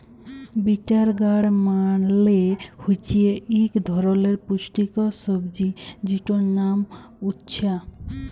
bitter গাড় মালে হছে ইক ধরলের পুষ্টিকর সবজি যেটর লাম উছ্যা